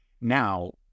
Now